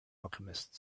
alchemist